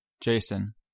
Jason